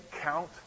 count